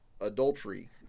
adultery